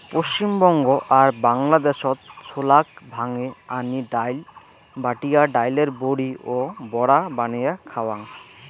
পশ্চিমবঙ্গ আর বাংলাদ্যাশত ছোলাক ভাঙে আনি ডাইল, বাটিয়া ডাইলের বড়ি ও বড়া বানেয়া খাওয়াং